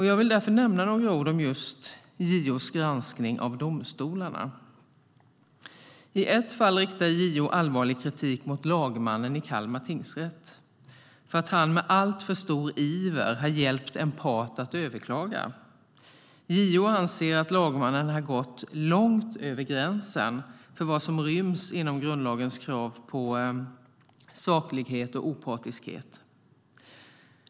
Jag vill därför nämna några ord om just JO:s granskning av domstolarna. I ett fall riktar JO allvarlig kritik mot lagmannen i Kalmar tingsrätt för att han med alltför stor iver har hjälpt en part att överklaga. JO anser att lagmannen har gått långt över gränsen för vad som ryms inom grundlagens krav på saklighet och opartiskhet.